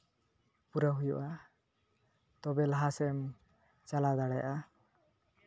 ᱯᱩᱨᱟᱹ ᱦᱩᱭᱩᱜᱼᱟ ᱛᱚᱵᱮ ᱞᱟᱦᱟ ᱥᱮᱱ ᱪᱟᱞᱟᱣ ᱫᱟᱲᱮᱭᱟᱜᱼᱟ